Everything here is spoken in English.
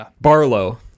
Barlow